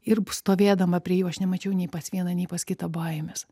ir stovėdama prie jų aš nemačiau nei pas vieną nei pas kitą baimės